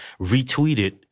retweeted